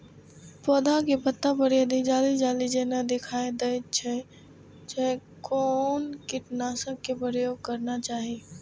पोधा के पत्ता पर यदि जाली जाली जेना दिखाई दै छै छै कोन कीटनाशक के प्रयोग करना चाही?